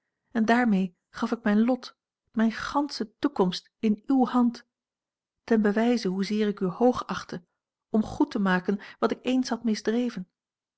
en daarmee gaf ik mijn lot mijne gansche toekomst in uwe hand ten bewijze hoezeer ik u hoogachtte om goed te maken wat ik eens had misdreven